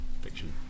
Fiction